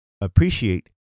Appreciate